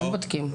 הם בודקים.